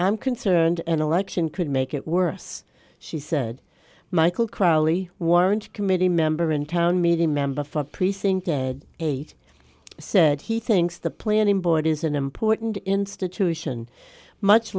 i'm concerned an election could make it worse she said michael crowley warrant a committee member in town meeting member for precinct eight said he thinks the planning board is an important institution much